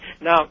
Now